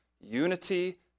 unity